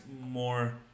more